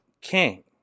king